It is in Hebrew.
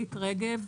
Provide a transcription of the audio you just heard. דלית רגב,